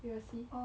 you got see